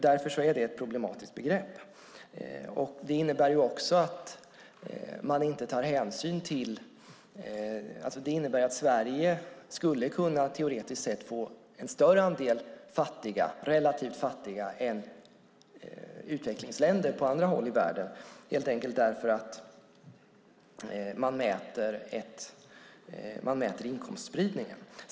Därför är detta ett problematiskt begrepp, och det innebär att Sverige teoretiskt sett skulle kunna få en större andel relativt fattiga än utvecklingsländer i världen, helt enkelt därför att man mäter inkomstspridningen.